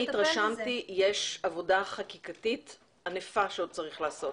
אני התרשמתי שיש עבודה חקיקתית ענפה שעוד צריך לעשות